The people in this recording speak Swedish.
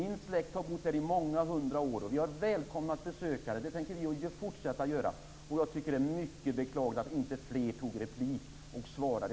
Min släkt har bott där i många hundra år, och vi har välkomnat besökare. Det tänker vi fortsätta att göra. Det är mycket beklagligt att inte fler tog replik och svarade i denna viktiga fråga.